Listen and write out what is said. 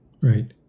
Right